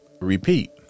Repeat